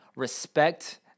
respect